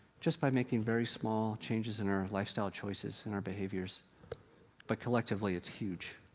just by making very small changes in our lifestyle choices, in our behaviors but collectively it's huge.